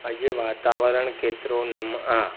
अॼु वातावरणु केतिरो नम आहे